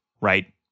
right